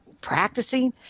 practicing